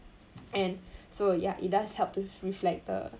and so ya it does help to re~ reflect the